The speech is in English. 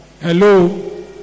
Hello